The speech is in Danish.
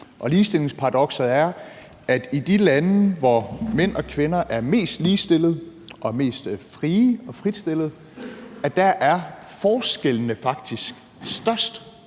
Ligestillingsparadokset er, at i de lande, hvor mænd og kvinder er mest ligestillede og mest frie og fritstillede, er forskellene faktisk størst.